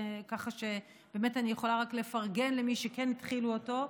כך שבאמת אני יכולה לפרגן למי שכן התחילו אותו.